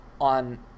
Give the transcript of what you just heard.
on